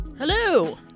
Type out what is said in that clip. Hello